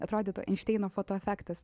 atrodytų einšteino fotoefektas